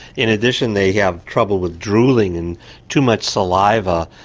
in addition they have trouble with drooling and too much saliva,